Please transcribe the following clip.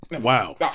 Wow